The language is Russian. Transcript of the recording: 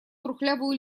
трухлявую